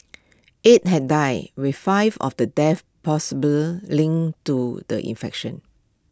eight have died with five of the deaths possibly linked to the infection